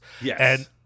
Yes